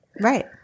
Right